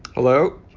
hello?